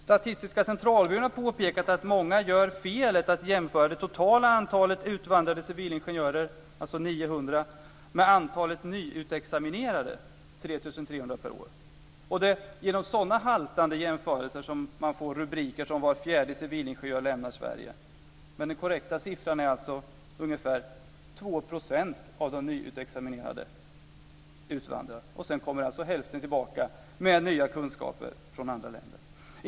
Statistiska centralbyrån har påpekat att många gör felet att jämföra det totala antalet utvandrade civilingenjörer - alltså 900 - med antalet nyutexaminerade civilingenjörer, 3 300 per år. Det är genom sådana haltande jämförelser som man får rubriker som Var fjärde civilingenjör lämnar Sverige. Men den korrekta siffran är alltså att ca 2 % av de nyutexaminerade utvandrar. Sedan kommer ungefär hälften tillbaka med nya kunskaper från andra länder.